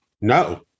No